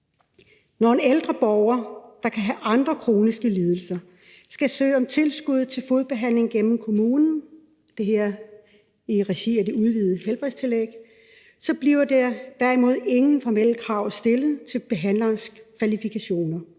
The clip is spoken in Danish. Når en ældre borger, der kan have andre kroniske lidelser, skal søge om tilskud til fodbehandling gennem kommunen – det er i regi af det udvidede helbredstillæg